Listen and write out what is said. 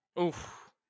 Oof